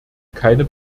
keine